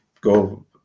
go